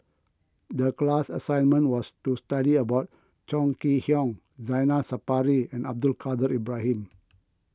the class assignment was to study about Chong Kee Hiong Zainal Sapari and Abdul Kadir Ibrahim